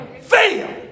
fail